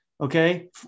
okay